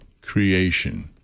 creation